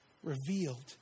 revealed